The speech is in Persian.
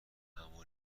همون